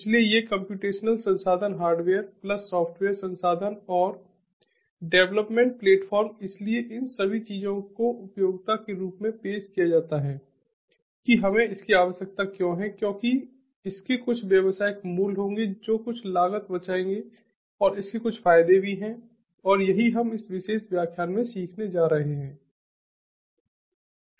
इसलिए ये कम्प्यूटेशनल संसाधन हार्डवेयर प्लस सॉफ्टवेयर संसाधन और डेवलपमेंट प्लेटफॉर्म इसलिए इन सभी चीजों को उपयोगिता के रूप में पेश किया जाता है कि हमें इसकी आवश्यकता क्यों है क्योंकि इसके कुछ व्यावसायिक मूल्य होंगे जो कुछ लागत बचाएंगे और इसके कुछ फायदे भी हैं और यही हम इस विशेष व्याख्यान में सीखने जा रहे हैं